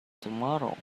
tomorrow